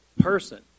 person